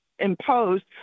imposed